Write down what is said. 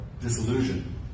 disillusion